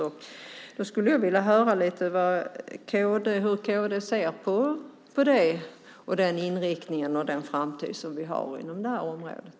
Jag skulle vilja höra hur kd ser på den inriktningen och den framtid som vi har på det här området.